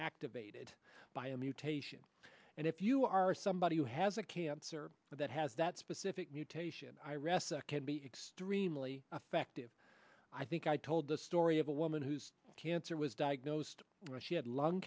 activated by a mutation and if you are somebody who has a cancer that has that specific mutation i rest can be extremely effective i think i told the story of a woman whose cancer was diagnosed when she had lung